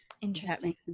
Interesting